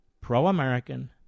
pro-American